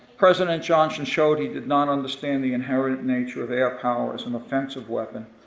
president johnson showed he did not understand the inherent nature of air power as an offensive weapon.